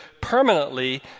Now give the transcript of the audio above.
permanently